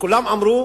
וכולם אמרו: